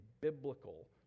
biblical